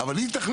אבל היא תחליט.